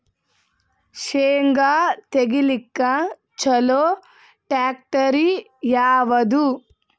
ಶೇಂಗಾ ತೆಗಿಲಿಕ್ಕ ಚಲೋ ಟ್ಯಾಕ್ಟರಿ ಯಾವಾದು?